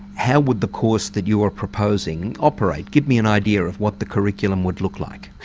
how would the course that you're proposing operate? give me an idea of what the curriculum would look like.